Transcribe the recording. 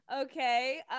Okay